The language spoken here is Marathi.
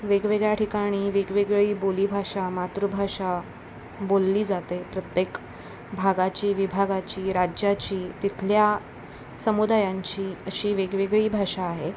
वेगवेगळ्या ठिकाणी वेगवेगळी बोलीभाषा मातृभाषा बोलली जाते प्रत्येक भागाची विभागाची राज्याची तिथल्या समुदायांची अशी वेगवेगळी भाषा आहे